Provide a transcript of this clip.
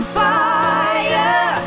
fire